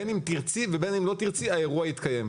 בין אם תרצי ובין אם לא תרצי האירוע יתקיים.